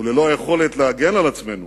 וללא היכולת להגן על עצמנו